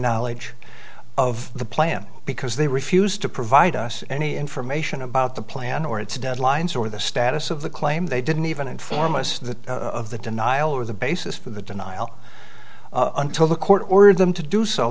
knowledge of the plan because they refused to provide us any information about the plan or its deadlines or the status of the claim they didn't even inform us that of the denial or the basis for the denial until the court ordered them to do so